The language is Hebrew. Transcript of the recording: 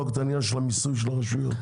של המיסוי של הרשויות.